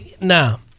Now